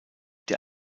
der